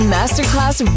Masterclass